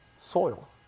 soil